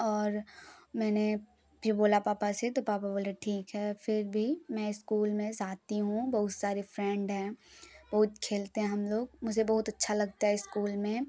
और मैंने भी बोला पापा से तो पापा बोले ठीक है फिर भी मैं स्कूल में जाती हूँ बहुत सारे फ्रेंड हैं बहुत खेलते हैं हम लोग मुझे बहुत अच्छा लगता है स्कूल में